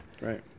Right